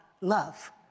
love